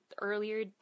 earlier